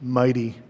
mighty